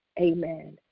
Amen